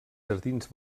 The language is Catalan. jardins